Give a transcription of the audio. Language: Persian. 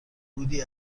بودی